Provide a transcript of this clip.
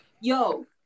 Yo